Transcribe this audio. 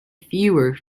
fewer